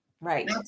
Right